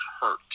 hurt